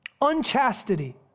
unchastity